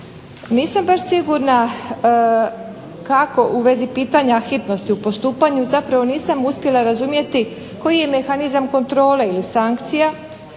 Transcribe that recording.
Nisam baš sigurna kako u vezi pitanja hitnosti u postupanju zapravo nisam uspjela razumjeti koji je mehanizam kontrole ili sankcija,